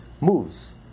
moves